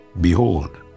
Behold